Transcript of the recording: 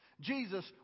Jesus